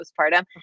postpartum